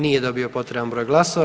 Nije dobio potreban broj glasova.